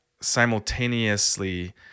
simultaneously